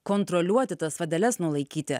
kontroliuoti tas vadeles nulaikyti